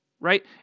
right